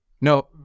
No